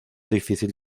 difícil